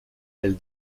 elle